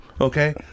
okay